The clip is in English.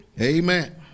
Amen